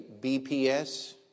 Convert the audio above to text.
BPS